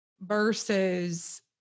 versus